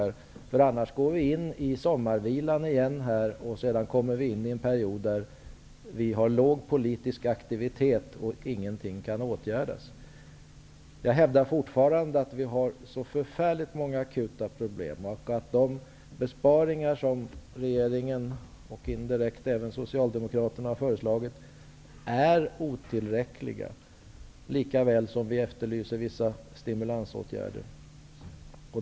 Sedan går vi in i sommarvila igen och kommer in i en period med låg politisk aktivitet då ingenting kan åtgärdas. Jag hävdar fortfarande att vi har förfärligt många akuta problem och att de besparingar som regeringen och indirekt även Socialdemokraterna har föreslagit är otillräckliga. Vi efterlyser vissa stimulansåtgärder.